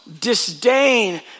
disdain